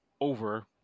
over